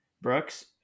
Brooks